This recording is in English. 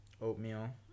Oatmeal